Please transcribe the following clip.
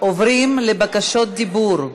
עוברים לבקשות דיבור,